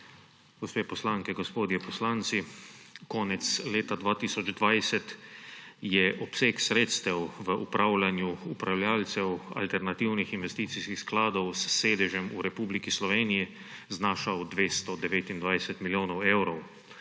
Gospe poslanke, gospodje poslanci! Konec leta 2020 je obseg sredstev v upravljanju upravljavcev alternativnih investicijskih skladov s sedežem v Republiki Sloveniji znašal 229 milijonov evrov.